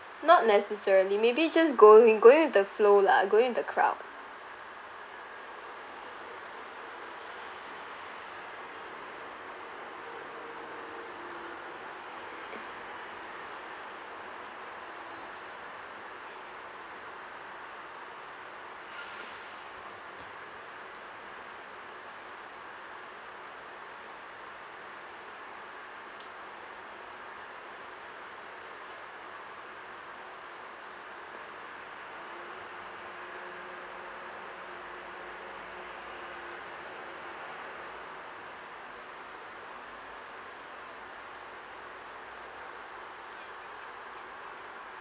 not necessarily maybe just going going with the flow lah going with the crowd